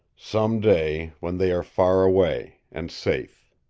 some day, when they are far away and safe.